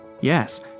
Yes